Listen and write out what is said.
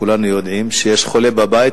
כולנו יודעים שכשיש חולה בבית,